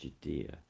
Judea